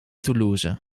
toulouse